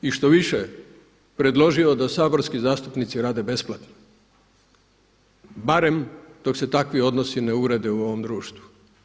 I štoviše predložio da saborski zastupnici rade besplatno barem dok se takvi odnosi ne urede u ovom društvu.